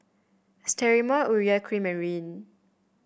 Sterimar Urea Cream Marry